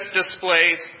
displays